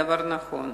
הדבר נכון.